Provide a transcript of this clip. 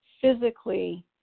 physically